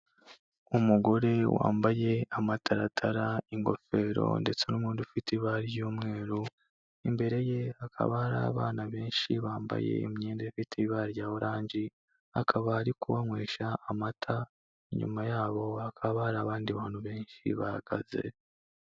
Umugore wambaye amataratara, ingofero ndetse n'uwundi ufite ibara ry'umweru, imbere ye hakaba hari abana benshi, bambaye imyenda ifite ibara rya oranje, akaba ari kubanywesha amata, inyuma yabo hakaba hari abandi bantu benshi bahagaze.